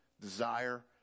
desire